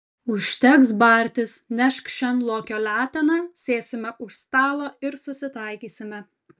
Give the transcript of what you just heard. užteks bartis nešk šen lokio leteną sėsime už stalo ir susitaikysime